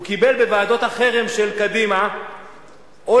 הוא קיבל בוועדות החרם של קדימה עונש,